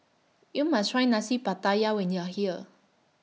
YOU must Try Nasi Pattaya when YOU Are here